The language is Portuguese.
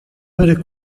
para